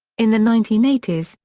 in the nineteen eighty s,